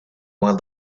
while